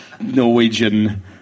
Norwegian